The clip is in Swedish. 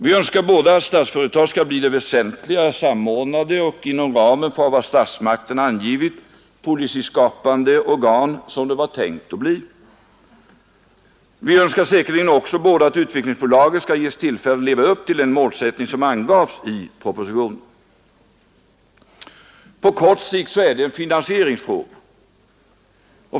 Vi önskar båda att Statsföretag skall bli det väsentliga, samordnande och inom ramen för vad statsmakterna angivit policyskapande organ som det var tänkt att bli. Vi önskar säkerligen också båda att Utvecklingsbolaget skall ges tillfälle att leva upp till den målsättning som angavs i propositionen. På kort sikt är detta en finansieringsfråga.